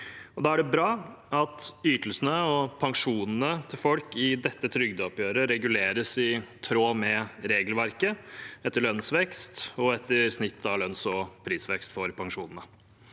Da er det bra at ytelsene og pensjonene til folk i dette trygdeoppgjøret reguleres i tråd med regelverket, etter lønnsvekst og etter snittet av lønns- og prisvekst for pensjonene.